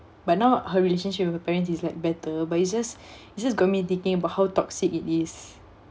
but now her relationship with her parents is like better but it's just it's just got me thinking about how toxic it is